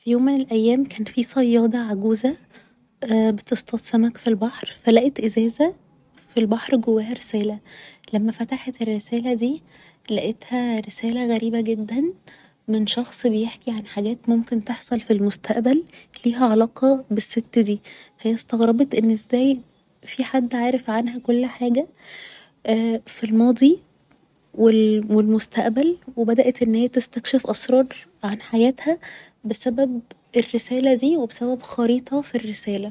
في يوم من الأيام كان في صيادة عجوزة بتصطاد سمك في البحر فلقت ازازة في البحر جواها رسالة لما فتحت الرسالة دي لقيتها رسالة غريبة جدا من شخص بيحكي عن حاجات ممكن تحصل في المستقبل ليها علاقة بالست دي هي استغربت ان ازاي في حد عارف عنها كل حاجة في الماضي و ال و المستقبل و بدأت انها تستكشف اسرار عن حياتها بسبب الرسالة دي و بسبب خريطة في الرسالة